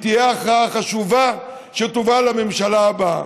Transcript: זו תהיה הכרעה חשובה שתובא לממשלה הבאה,